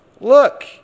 look